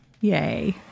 Yay